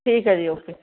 ਠੀਕ ਹੈ ਜੀ ਓਕੇ